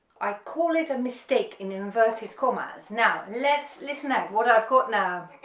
i call it a mistake in inverted commas now let's listen at what i've got now